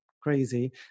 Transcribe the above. crazy